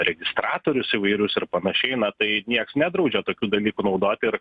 registratorius įvairius ir panašiai na tai nieks nedraudžia tokių dalykų naudoti ir